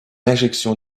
injection